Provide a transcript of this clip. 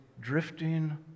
drifting